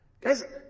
Guys